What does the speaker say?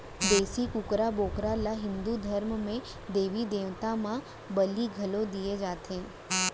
देसी कुकरा, बोकरा ल हिंदू धरम म देबी देवता म बली घलौ दिये जाथे